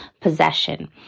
possession